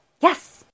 Yes